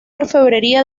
orfebrería